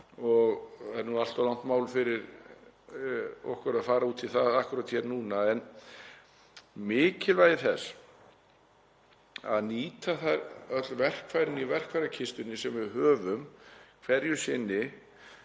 Það er allt of langt mál fyrir okkur að fara út í það akkúrat núna. En það er mikilvægt að nýta öll verkfærin í verkfærakistunni sem við höfum hverju sinni